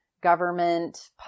government